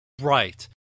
Right